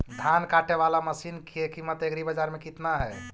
धान काटे बाला मशिन के किमत एग्रीबाजार मे कितना है?